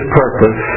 purpose